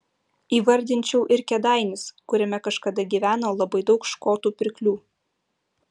įvardinčiau ir kėdainius kuriame kažkada gyveno labai daug škotų pirklių